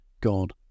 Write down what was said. God